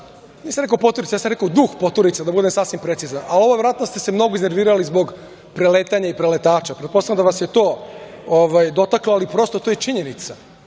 tome. Nisam rekao "poturica", ja sam rekao "duh poturica", da budem sasvim precizan, ali ovde se verovatno mnogo iznervirali, zbog preletanja i preletača. Pretpostavljam da vas je to dotaklo, ali, prosto, to je činjenica,